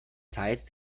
zeit